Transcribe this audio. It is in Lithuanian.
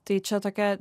tai čia tokia